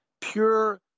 Pure